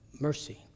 mercy